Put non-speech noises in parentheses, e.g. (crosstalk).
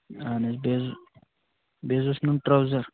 اَہن حظ (unintelligible) بیٚیہِ حظ اوس نیُن ٹروزر